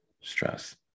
stress